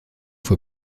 für